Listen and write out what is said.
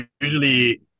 usually